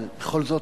אבל בכל זאת,